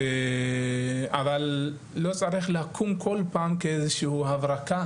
אבל לא צריך לקום כל פעם כאיזשהו הברקה